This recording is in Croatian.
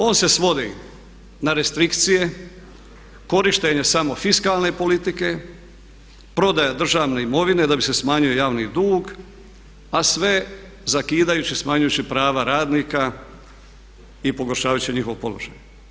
On se svodi na restrikcije, korištenje samo fiskalne politike, prodaja državne imovine da bi se smanjio javni dug a sve zakidajući i smanjujući prava radnika i pogrošavajući njihov položaj.